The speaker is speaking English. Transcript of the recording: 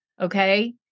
Okay